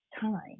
time